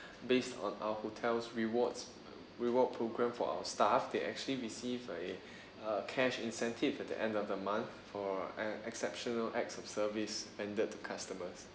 based on our hotels rewards reward program for our staff they actually receive a uh cash incentive at the end of the month for an exceptional acts of service ended to customers